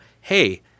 hey